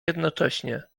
jednocześnie